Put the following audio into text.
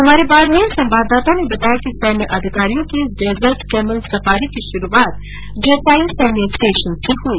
हमारे बाड़मेर संवाददाता ने बताया कि सैन्य अधिकारियों की इस डेजर्ट कैमल सफारी की शुरूआत जसाई सैन्य स्टेशन से हुई